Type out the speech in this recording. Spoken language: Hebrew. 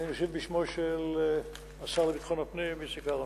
אני משיב בשמו של השר לביטחון הפנים איציק אהרונוביץ.